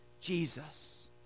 Jesus